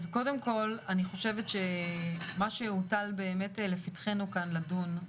קודם כל אני חושבת שמה שהוטל באמת לפתחינו כאן לדון,